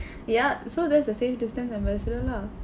ya so that's the safe distance ambassador lah